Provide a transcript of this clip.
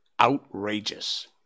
Outrageous